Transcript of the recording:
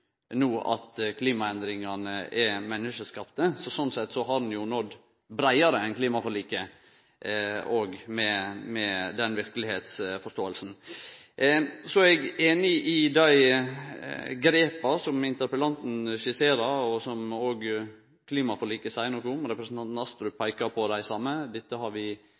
no trur at klimaendringane er menneskeskapte, så slik sett har ein nådd breiare enn klimaforliket med den verkelegheitsforståinga. Så er eg einig i dei grepa som interpellanten skisserer, og som òg klimaforliket seier noko om – representanten Astrup peikar på dei same. Dette har vi